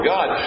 God